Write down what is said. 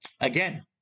again